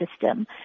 system